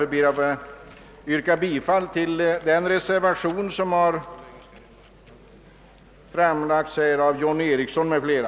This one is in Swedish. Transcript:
Jag ber att få yrka bifall till den reservation som framlagts av herr John Eriesson m.fl.